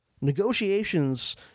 Negotiations